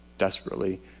desperately